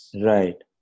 right